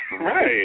Right